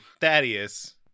Thaddeus